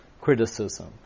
criticism